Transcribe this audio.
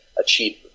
achieve